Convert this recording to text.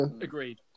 Agreed